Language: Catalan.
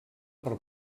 per